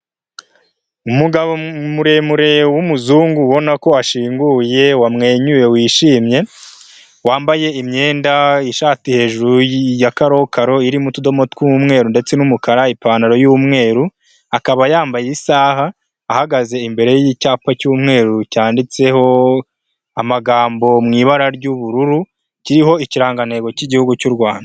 Umugabo muremure w'umuzungu ubona ko ashinguye wamwenyuye wishimye, wambaye imyenda ishati hejuru ya karokaro iririmo utudomo tw'umweru ndetse n'umukara, ipantaro y'umweru. Akaba yambaye isaha ahagaze imbere y'icyapa cy'umweru cyanditseho amagambo mu ibara ry'ubururu kiriho ikirangantego cy'igihugu cy'u Rwanda.